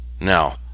now